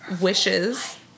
wishes